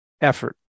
effort